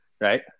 right